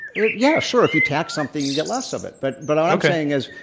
it yeah, sure. if you tax something, you get less of it. but but um okay. saying is,